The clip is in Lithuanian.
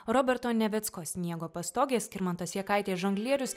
roberto nevecko sniego pastogė skirmantas jakaitės žonglierius